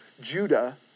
Judah